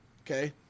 okay